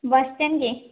bus stand କେ